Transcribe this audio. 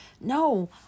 no